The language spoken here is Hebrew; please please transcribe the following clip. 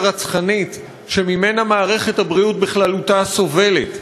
רצחנית שממנה מערכת הבריאות בכללותה סובלת.